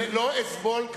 יש להם עוד ג'וב אחד לעשות.